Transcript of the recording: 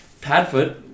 Padfoot